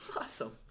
awesome